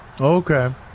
okay